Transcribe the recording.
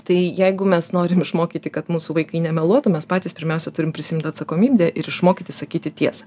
tai jeigu mes norim išmokyti kad mūsų vaikai nemeluotų mes patys pirmiausia turim prisiimt atsakomybę ir išmokyti sakyti tiesą